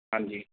ਹਾਂਜੀ